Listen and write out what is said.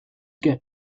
get